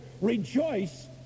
Rejoice